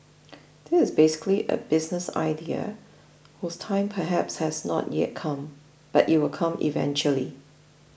this is basically a business idea whose time perhaps has not yet come but it will come eventually